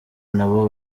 nabo